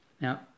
Now